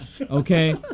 Okay